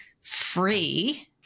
free